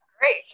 Great